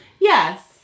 Yes